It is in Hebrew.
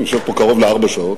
אני יושב פה קרוב לארבע שעות.